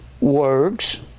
works